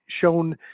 shown